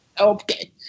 Okay